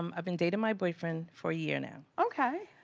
um i've been dating my boyfriend for a year now. okay.